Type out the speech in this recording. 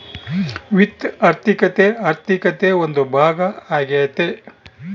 ವಿತ್ತ ಆರ್ಥಿಕತೆ ಆರ್ಥಿಕತೆ ಒಂದು ಭಾಗ ಆಗ್ಯತೆ